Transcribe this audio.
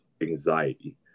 anxiety